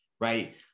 right